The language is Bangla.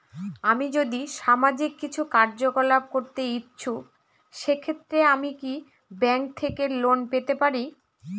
আমি যদি সামাজিক কিছু কার্যকলাপ করতে ইচ্ছুক সেক্ষেত্রে আমি কি ব্যাংক থেকে লোন পেতে পারি?